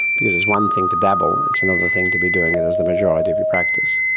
because it's one thing to dabble, it's another thing to be doing it as the majority of your practice.